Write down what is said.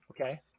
Okay